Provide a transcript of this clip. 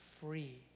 free